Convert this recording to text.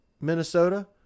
Minnesota